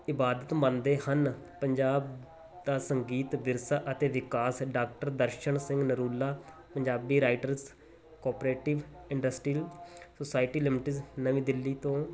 ਇਬਾਦਤ ਮੰਨਦੇ ਹਨ ਪੰਜਾਬ ਦਾ ਸੰਗੀਤ ਵਿਰਸਾ ਅਤੇ ਵਿਕਾਸ doctor Darshan Singh Narula Punjabi writers cooperative industrial society limited ਨਵੀਂ ਦਿੱਲੀ ਤੋਂ